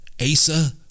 Asa